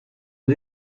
aux